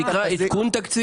זה נקרא עדכון תקציב?